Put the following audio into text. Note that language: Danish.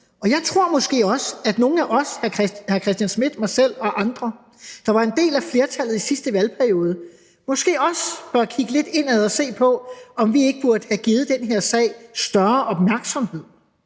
Jeg tror måske også, at nogle af os – hr. Hans Christian Schmidt, mig selv og andre, der var en del af flertallet – bør kigge lidt indad og se på, om vi ikke burde have givet den her sag større opmærksomhed